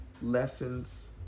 lessons